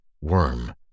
worm